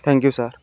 thank you sir